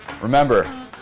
remember